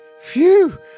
Phew